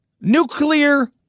Nuclear